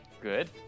Good